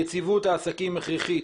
יציבות העסקים הכרחית